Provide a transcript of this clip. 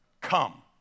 Come